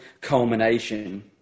culmination